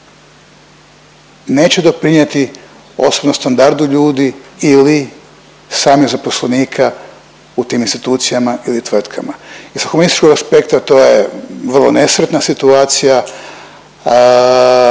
neće doprinijeti osobno standardu ljudi ili samih zaposlenika u tim institucijama ili tvrtkama. Iz humanističkog aspekta to je vrlo nesretna situacija,